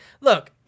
look